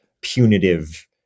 punitive